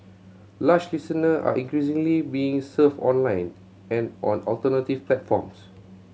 lush listener are increasingly being served online and on alternative platforms